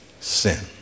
Sin